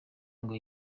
ngo